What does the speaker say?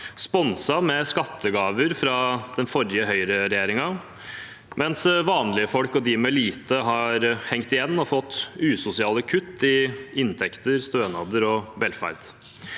sponset med skattegaver fra den forrige høyreregjeringen, mens vanlige folk og de med lite har hengt igjen og fått usosiale kutt i inntekter, stønader og velferd.